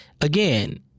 again